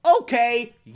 Okay